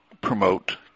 promote